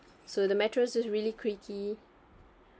so the mattress is really creaky